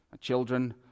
children